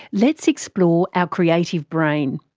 let's explore our creative brain.